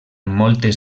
moltes